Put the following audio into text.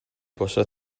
possa